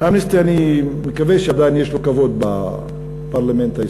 "אמנסטי"; אני מקווה של"אמנסטי" יש עדיין כבוד בפרלמנט הישראלי.